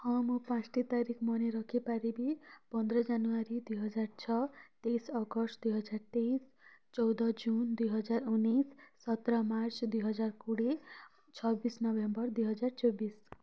ହଁ ମୁଁ ପାଞ୍ଚଟି ତାରିଖ ମନେ ରଖିପାରିବି ପନ୍ଦର ଜାନୁୟାରୀ ଦୁଇ ହଜାର ଛଅ ତେଇଶି ଅଗଷ୍ଟ ଦୁଇ ହଜାର ତେଇଶି ଚଉଦ ଜୁନ୍ ଦୁଇ ହଜାର ଉଣେଇଶି ସତର ମାର୍ଚ୍ଚ ଦୁଇ ହଜାର କୋଡ଼ିଏ ଛବିଶି ନଭେମ୍ବର ଦୁଇ ହଜାର ଚବିଶି